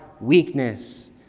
weakness